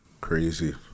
Crazy